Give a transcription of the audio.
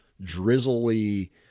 drizzly